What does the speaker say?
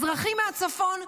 אזרחים מהצפון,